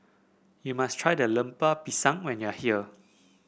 you must try Lemper Pisang when you are here